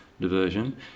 diversion